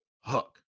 Hook